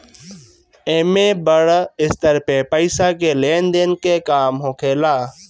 एमे बड़ स्तर पे पईसा के लेन देन के काम होखेला